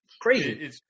Crazy